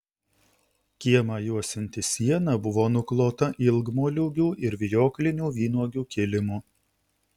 kiemą juosianti siena buvo nuklota ilgmoliūgių ir vijoklinių vynuogių kilimu